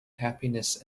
happiness